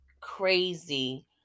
crazy